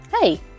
hey